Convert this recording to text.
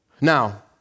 Now